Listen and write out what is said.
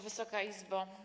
Wysoka Izbo!